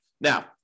Now